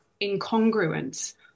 incongruence